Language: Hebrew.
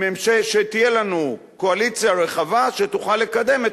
שתהיה לנו קואליציה רחבה שתוכל לקדם את